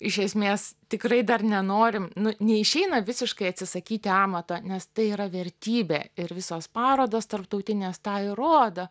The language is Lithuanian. iš esmės tikrai dar nenorim nu neišeina visiškai atsisakyti amato nes tai yra vertybė ir visos parodos tarptautinės tą ir rodo